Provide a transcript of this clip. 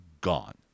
gone